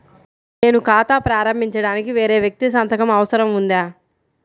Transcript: నేను ఖాతా ప్రారంభించటానికి వేరే వ్యక్తి సంతకం అవసరం ఉందా?